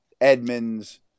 Edmonds